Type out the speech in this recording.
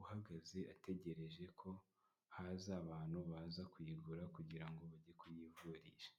uhagaze ategereje ko haza abantu baza kuyigura kugira ngo bajye kuyivurisha.